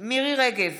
מירי מרים רגב,